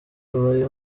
babaye